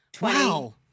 Wow